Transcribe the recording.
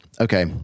Okay